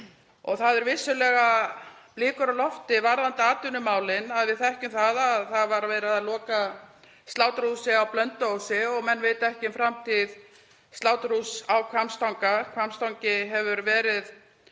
Það eru vissulega blikur á lofti varðandi atvinnumálin. Við þekkjum að það var verið að loka sláturhúsinu á Blönduósi og menn vita ekki um framtíð sláturhúss á Hvammstanga. Hvammstangi hefur verið